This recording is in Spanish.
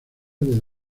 del